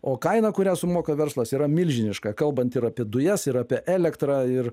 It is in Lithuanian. o kaina kurią sumoka verslas yra milžiniška kalbant ir apie dujas ir apie elektrą ir